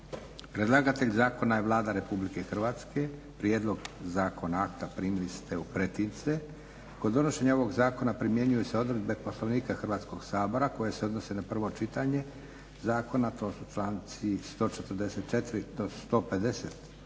Predlagatelj zakona je Vlada RH. Prijedlog akta primili ste u pretince. Kod donošenja ovog zakona primjenjuju se odredbe Poslovnika Hrvatskog sabora koje se odnose na prvo čitanje zakona to su članci 144.do 150.